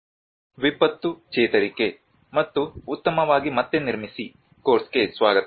'ವಿಪತ್ತು ಚೇತರಿಕೆ ಮತ್ತು ಉತ್ತಮವಾಗಿ ಮತ್ತೆ ನಿರ್ಮಿಸಿ ಕೋರ್ಸ್ಗೆ ಸ್ವಾಗತ